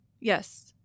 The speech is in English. Yes